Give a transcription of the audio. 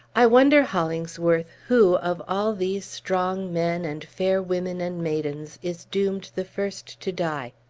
i wonder, hollingsworth, who, of all these strong men, and fair women and maidens, is doomed the first to die.